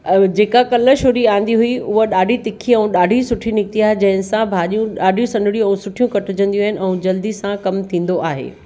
जेका कल्ह छुरी आंदी हुई उहा ॾाढी तिखी ऐं ॾाढी सुठी निकिती आहे जंहिंसां भाॼियूं ॾाढियूं सन्हड़ियूं ऐं सुठियूं कटिजंदियूं आहिनि ऐं जल्दी सां कमु थींदो आहे